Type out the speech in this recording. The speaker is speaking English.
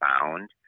found